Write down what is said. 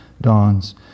dawns